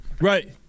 Right